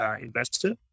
investor